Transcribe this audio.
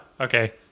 Okay